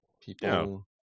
people